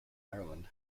ireland